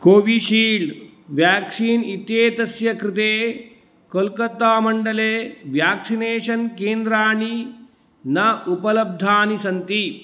Covishield vaccine इत्येतस्य कृते कोलकत्तामण्डले व्याक्सिनेषन् केन्द्राणि न उपलब्धानि सन्ति